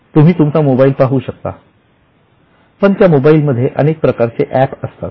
तुम्ही तुमचा मोबाईल पाहू शकता पण त्या मोबाईल मध्ये अनेक प्रकारचे अँप असतात